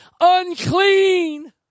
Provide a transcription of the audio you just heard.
unclean